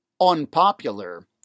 unpopular